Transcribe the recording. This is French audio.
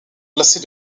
placés